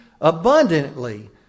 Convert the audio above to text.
abundantly